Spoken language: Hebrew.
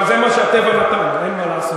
אבל זה מה שהטבע נתן, אין מה לעשות.